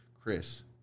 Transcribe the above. Chris